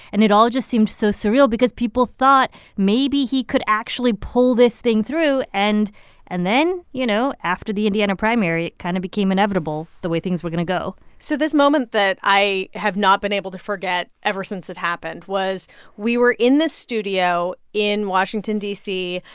and it all just seemed so surreal because people thought maybe he could actually pull this thing through. and and then, you know, after the indiana primary, it kind of became inevitable the way things were going to go so this moment that i have not been able to forget ever since it happened was we were in the studio in washington, d c.